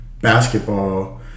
Basketball